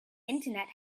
internet